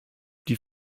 die